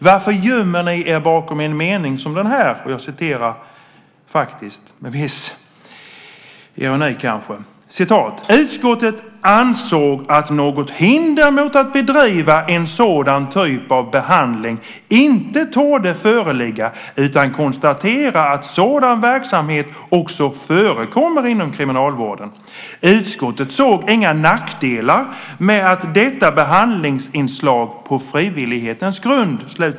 Varför gömmer ni er bakom en mening som den här: "Utskottet ansåg att något hinder mot att bedriva en sådan typ av behandling inte torde föreligga och konstaterade att sådan verksamhet också förekom inom kriminalvården. Utskottet såg inga nackdelar med detta behandlingsinslag på frivillighetens grund."